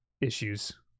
issues